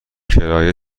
کرایه